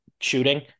shooting